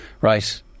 right